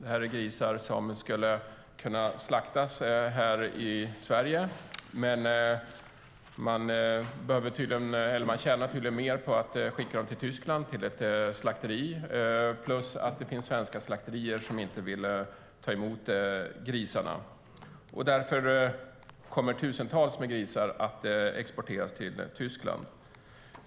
Detta är grisar som skulle kunna slaktas här i Sverige, men man tjänar tydligen mer på att skicka dem till ett slakteri i Tyskland. Det finns också svenska slakterier som inte vill ta emot grisarna. Därför kommer alltså tusentals grisar att exporteras till Tyskland.